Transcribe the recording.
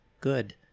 good